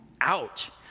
ouch